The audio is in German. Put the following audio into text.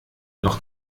noch